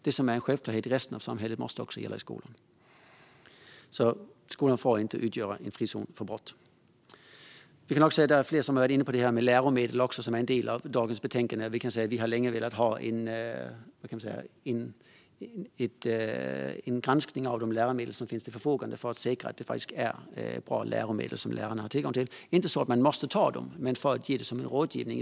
Det som är en självklarhet i resten av samhället måste också gälla i skolan. Skolan får inte utgöra en frizon för brott. Flera andra har också varit inne på läromedlen, som är en del av dagens betänkande. Vi har länge velat ha en granskning av de läromedel som finns till förfogande för att säkra att lärarna har tillgång till bra läromedel. Det ska inte vara så att man måste använda dem, utan det ska ske som rådgivning.